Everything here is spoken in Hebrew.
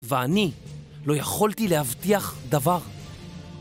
ואני לא יכולתי להבטיח דבר.